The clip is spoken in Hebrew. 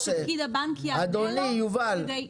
יובל,